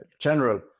general